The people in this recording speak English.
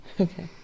okay